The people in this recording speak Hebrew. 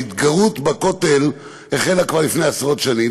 ההתגרות בכותל החלה כבר לפני עשרות שנים.